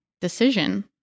decision